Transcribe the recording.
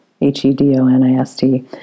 h-e-d-o-n-i-s-t